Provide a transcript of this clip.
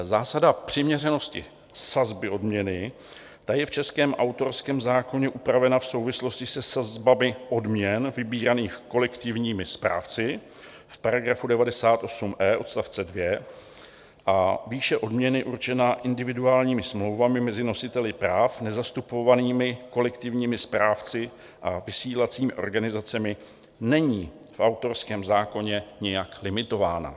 Zásada přiměřenosti sazby odměny, ta je v českém autorském zákoně upravena v souvislosti se sazbami odměn vybíraných kolektivními správci v § 98e odst. 2 a výše odměny určená individuálními smlouvami mezi nositeli práv nezastupovanými kolektivními správci a vysílacími organizacemi není v autorském zákoně nijak limitována.